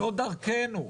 לא דרכנו.